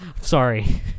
Sorry